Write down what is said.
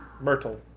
Myrtle